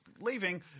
leaving